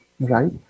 right